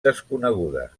desconeguda